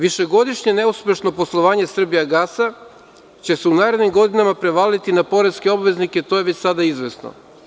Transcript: Višegodišnje neuspešno poslovanje „Srbijegasa“ će se u narednim godinama prevaliti na poreske obveznike i to je sada izvesno.